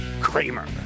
Kramer